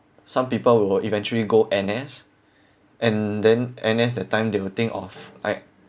some people will eventually go N_S and then N_S that time they will think of I